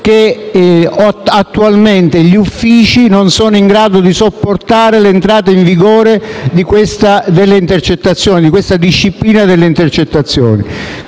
che attualmente gli uffici non sono in grado di implementare l'entrata in vigore della nuova disciplina delle intercettazioni.